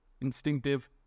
Instinctive